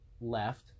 left